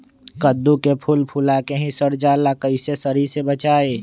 कददु के फूल फुला के ही सर जाला कइसे सरी से बचाई?